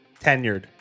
Tenured